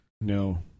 No